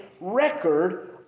record